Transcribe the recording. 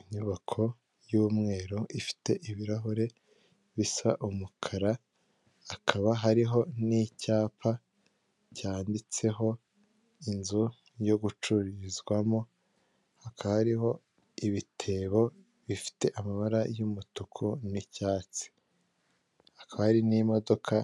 Inyubako y'umweru ifite ibirahure bisa umukara, hakaba hariho n'icyapa cyanditseho inzu yo gucururizwamo, hakaba hariho ibitebo bifite amabara y'umutuku n'icyatsi, hakaba hari n'imodoka